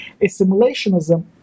assimilationism